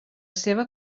seva